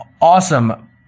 awesome